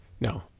No